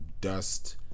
dust